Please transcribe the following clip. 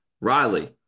Riley